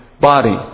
body